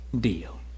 deal